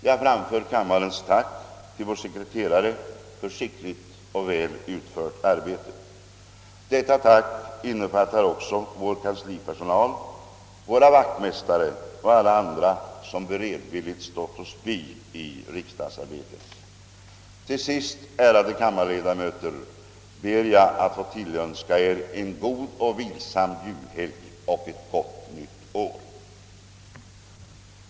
Jag framför kammarens tack till vår sekreterare för skickligt och väl utfört arbete. Detta tack innefattar också vår kanslipersonal, våra vaktmästare och alla andra som beredvilligt stått oss bi i riksdagsarbetet. Till sist, ärade kammarledamöter, ber jag att få tillönska er en god och vilsam julhelg och ett gott nytt år.